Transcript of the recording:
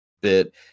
bit